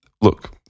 look